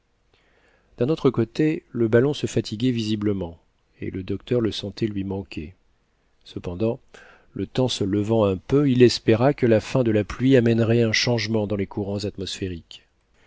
d'un autre côté le ballon se fatiguait visiblement et le docteur le sentait lui manquer cependant le temps se levant un peu il espéra que la fin de la pluie amènerait un changement dans les courants atmosphériques